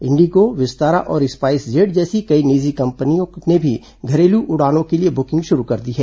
Indigo Vistara और स्पाइसजेट जैसी कई निजी विमान कंपनियों ने भी घरेलू उड़ानों के लिए बुकिंग शुरू कर दी है